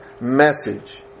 message